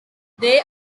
they